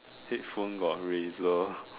headphone got Razor